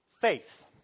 faith